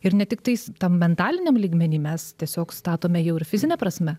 ir ne tiktai tam mentaliniam lygmeny mes tiesiog statome jau ir fizine prasme